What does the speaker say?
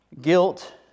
Guilt